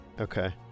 okay